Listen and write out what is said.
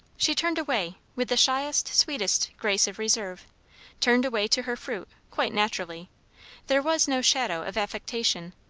she turned away, with the shyest, sweetest grace of reserve turned away to her fruit, quite naturally there was no shadow of affectation,